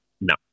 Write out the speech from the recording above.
no